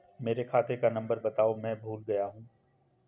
मेरे खाते का नंबर बताओ मैं भूल गया हूं